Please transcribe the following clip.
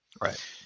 Right